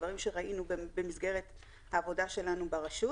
דברים שראינו במסגרת העבודה שלנו ברשות.